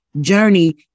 journey